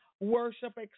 worship